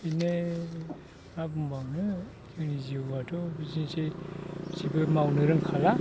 बिदिनो मा बुंबावनो जोंनि जिउआथ' बिदिनोसै जेबो मावनो रोंखाला